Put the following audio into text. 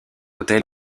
autel